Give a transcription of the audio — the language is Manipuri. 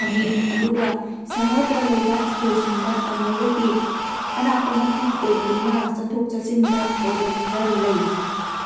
ꯐꯪꯏ ꯑꯗꯨꯒ ꯁꯍꯔꯗ ꯂꯩꯕ ꯏꯁꯀꯨꯜꯁꯤꯡꯗ ꯇꯝꯂꯒꯗꯤ ꯑꯔꯥꯞꯄ ꯃꯐꯝ ꯑꯣꯏꯕꯅꯤꯅ ꯆꯠꯊꯣꯛ ꯆꯠꯁꯤꯟꯗ ꯄ꯭ꯔꯣꯕ꯭ꯂꯦꯝ ꯈꯔ ꯂꯩ